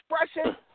expression